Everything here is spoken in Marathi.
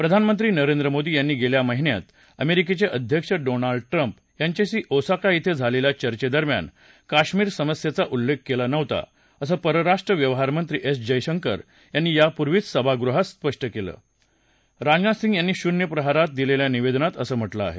प्रधानमंत्री नरेंद्र मोदी यांनी गेल्या महिन्यात अमेरिकेचे अध्यक्ष डोनाल्ड ट्रम्प यांच्याशी ओसाका िं झालेल्या चर्चेदरम्यान काश्मिर समस्येचा उल्लेख केला नव्हता असं परराष्ट्र व्यवहारमंत्री एस जयशंकर यांनी यापूर्वीच सभागृहात स्पष्ट केलं आहे असंही राजनाथ सिंह यांनी शून्य प्रहरात दिलेल्या निवेदनात म्हटलं आहे